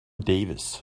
davis